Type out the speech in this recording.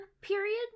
period